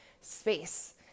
space